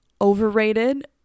overrated